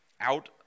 out